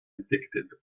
addicted